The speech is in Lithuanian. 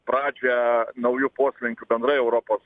pradžią naujų poslinkių bendrai europos